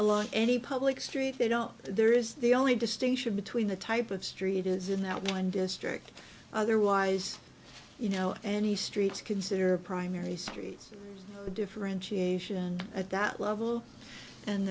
along any public street they don't there is the only distinction between the type of street is in that one district otherwise you know any streets consider a primary street differentiation at that level and